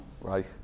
Right